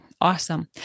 Awesome